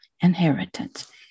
inheritance